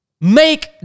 Make